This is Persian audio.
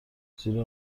زیرا